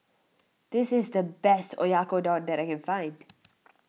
this is the best Oyakodon that I can find